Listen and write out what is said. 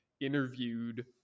interviewed